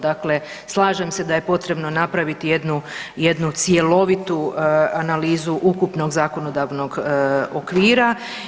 Dakle, slažem se da je potrebno napraviti jednu, jednu cjelovitu analizu ukupnog zakonodavnog okvira.